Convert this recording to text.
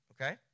okay